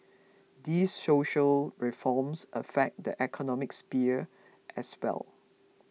these social reforms affect the economic sphere as well